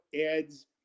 adds